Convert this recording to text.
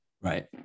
Right